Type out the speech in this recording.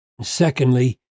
Secondly